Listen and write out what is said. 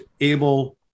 able